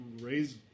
raise